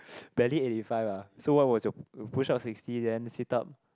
barely eighty five lah so what was your push up sixty then sit up